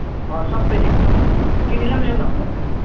सबै एकदम केटीलाई ल्याउँदा हुन्छ